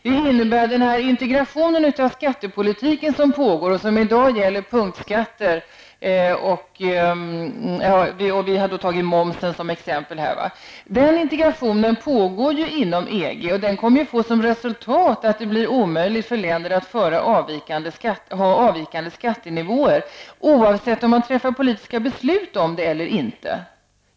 Den integration av skattepolitiken som nu pågår inom EG -- och som i dag gäller punktskatter, och vi har här tagit momsen som exempel -- kommer att få som resultat att det blir omöjligt för länder att ha avvikande skattenivåer, oavsett om man fattar politiska beslut om detta eller inte.